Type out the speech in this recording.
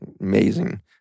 amazing